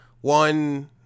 one